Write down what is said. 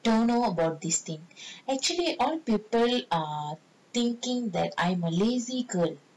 don't know about this thing actually all people are thinking that I'm a lazy girl